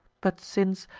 but since,